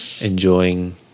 enjoying